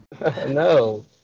no